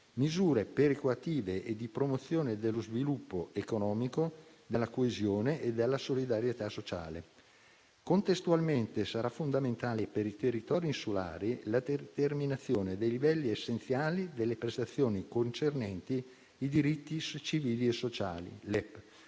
misure perequative e di promozione dello sviluppo economico, della coesione e della solidarietà sociale. Contestualmente sarà fondamentale, per i territori insulari, la determinazione dei livelli essenziali delle prestazioni concernenti i diritti civili e sociali (LEP),